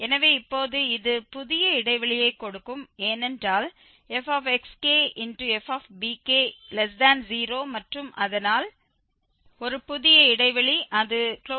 எனவே இப்போது இது புதிய இடைவெளியைக் கொடுக்கும் ஏனென்றால் fxkfbk0 மற்றும் அதனால் ஒரு புதிய இடைவெளி அது 0